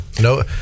no